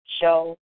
show